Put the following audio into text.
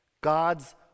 God's